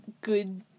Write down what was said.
good